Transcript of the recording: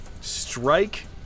strike